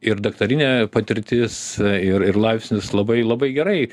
ir daktarinė patirtis ir ir laipsnis labai labai gerai